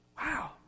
Wow